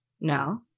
No